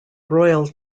royal